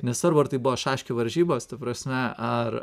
nesvarbu ar tai buvo šaškių varžybos ta prasme ar